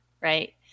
right